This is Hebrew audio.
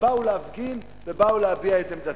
באו להפגין, באו להפגין את עמדתם.